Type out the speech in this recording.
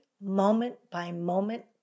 moment-by-moment